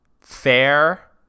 fair